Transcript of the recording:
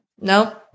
No